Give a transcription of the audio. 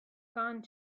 gone